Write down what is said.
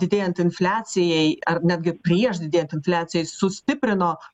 didėjant infliacijai ar netgi prieš didėjant infliacijai sustiprino